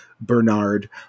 bernard